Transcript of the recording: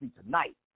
tonight